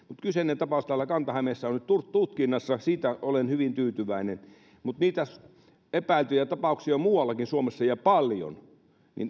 kyseinen tapaus tuolla kanta hämeessä on nyt tutkinnassa siitä olen hyvin tyytyväinen mutta niitä epäiltyjä tapauksia on muuallakin suomessa ja paljon